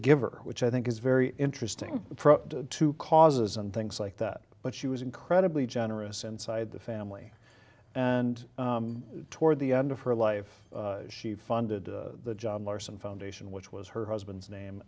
giver which i think is very interesting approach to causes and things like that but she was incredibly generous inside the family and toward the end of her life she funded the john larson foundation which was her husband's name